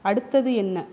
அடுத்தது என்ன